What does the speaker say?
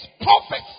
prophets